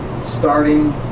starting